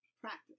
practice